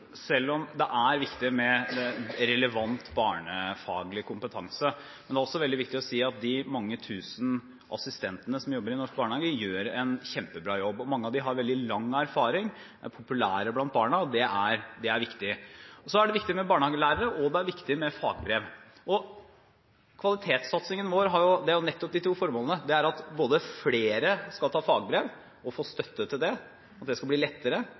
de mange tusen assistentene som jobber i norsk barnehage, gjør en kjempebra jobb. Mange av dem har veldig lang erfaring og er populære blant barna, og det er viktig. Så er det viktig med barnehagelærere, og det er viktig med fagbrev. Kvalitetssatsingen vår har nettopp de to formålene: at flere skal ta fagbrev og få støtte til det – det skal bli lettere,